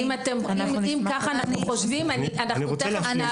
הן עושות אותו